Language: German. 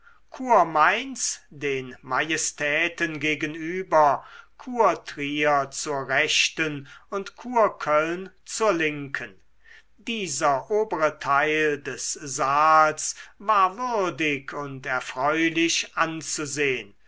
kurmainz den majestäten gegenüber kurtrier zur rechten und kurköln zur linken dieser obere teil des saals war würdig und erfreulich anzusehen